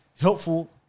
helpful